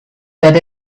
that